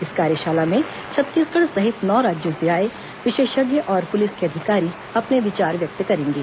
इस कार्यशाला में छत्तीसगढ़ सहित नौ राज्यों से आये विशेषज्ञ और पुलिस के अधिकारी अपने विचार व्यक्त करेंगे